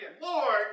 Lord